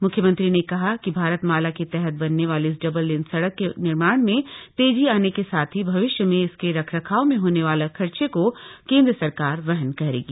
म्ख्यमंत्री ने कहा कि परियोजना के तहत बनने वाली इस डबल लेन सड़क के निर्माण में तेजी आने के साथ ही भविष्य में इसके रखरखाव में होने वाला खर्चे को केंद्र सरकार वहन करेगी